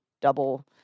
double